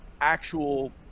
actual